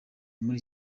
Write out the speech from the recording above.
muri